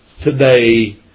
today